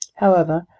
however,